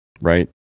right